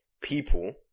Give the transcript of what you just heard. people